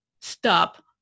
stop